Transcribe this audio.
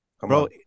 Bro